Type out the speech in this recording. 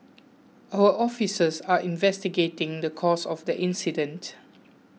our officers are investigating the cause of the incident